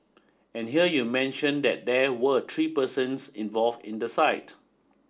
and here you mention that there were three persons involved in the site